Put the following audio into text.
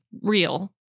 real